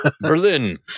berlin